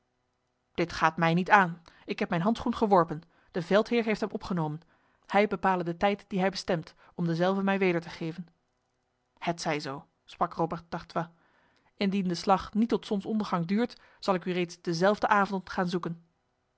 dit gaat mij niet aan ik heb mijn handschoen geworpen de veldheer heeft hem opgenomen hij bepale de tijd die hij bestemt om dezelve mij weder te geven het zij zo sprak robert d'artois indien de slag niet tot zonsondergang duurt zal ik u reeds dezelfde avond gaan zoeken